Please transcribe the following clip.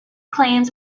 claims